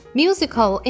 musical